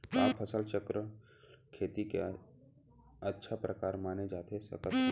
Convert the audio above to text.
का फसल चक्रण, खेती के अच्छा प्रकार माने जाथे सकत हे?